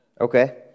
Okay